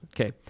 okay